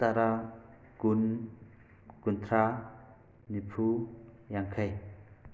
ꯇꯔꯥ ꯀꯨꯟ ꯀꯨꯟꯊ꯭ꯔꯥ ꯅꯤꯐꯨ ꯌꯥꯡꯈꯩ